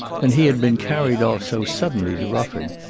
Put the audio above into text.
and he had been carried off so suddenly to rufford,